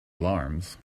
alarms